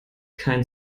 kein